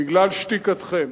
בגלל שתיקתכם,